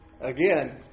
again